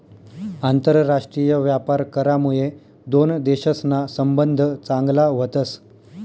आंतरराष्ट्रीय व्यापार करामुये दोन देशसना संबंध चांगला व्हतस